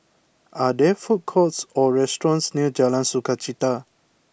are there food courts or restaurants near Jalan Sukachita